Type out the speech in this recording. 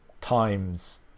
times